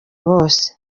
bose